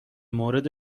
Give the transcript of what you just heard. مورد